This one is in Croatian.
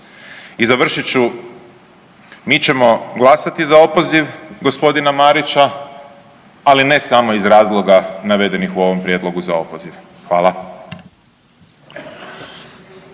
I završit ću, mi ćemo glasati za opoziv gospodina Marića ali ne samo iz razloga navedenih u ovom prijedlogu za opoziv. Hvala.